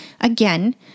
again